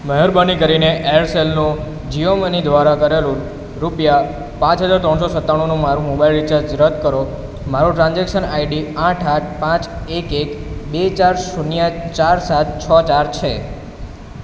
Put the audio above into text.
મહેરબાની કરીને એરસેલનું જિયો મની દ્વારા કરેલું રૂપિયા પાંચ હજાર ત્રણસો સત્તાણુંનું મારું મોબાઇલ રિચાર્જ રદ કરો મારું ટ્રાન્ઝેક્શન આઈડી આઠ આઠ પાંચ એક એક બે ચાર શૂન્ય ચાર સાત છ ચાર છે